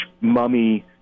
mummy